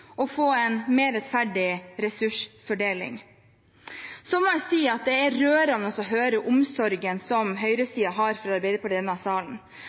og få en mer rettferdig ressursfordeling. Så må jeg si at det er rørende å høre omsorgen som høyresiden har for Arbeiderpartiet i denne salen.